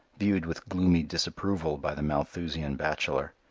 viewed with gloomy disapproval by the malthusian bachelor.